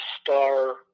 star